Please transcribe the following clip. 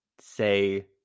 say